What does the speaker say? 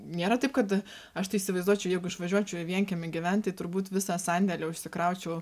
nėra taip kad aš tai įsivaizduočiau jeigu išvažiuočiau į vienkiemį gyvent tai turbūt visą sandėlį užsikraučiau